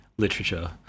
Literature